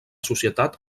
societat